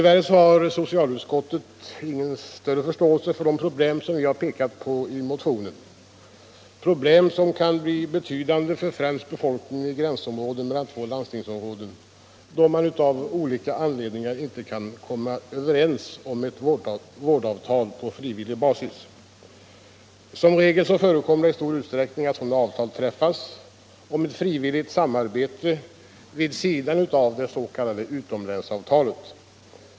Tyvärr har socialutskottet inte haft någon större förståelse för de problem som vi här pekat på i motionen, problem som kan bli betydande för svensk befolkning i gränsområdena mellan två landstingsområden då man av olika anledningar inte kan komma överens om ctt vårdavtal på frivillig basis. Som regel förekommer det att sådana avtal träffas om ett frivilligt samarbete vid sidan av det s.k. utomlänsavtalet.